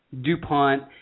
DuPont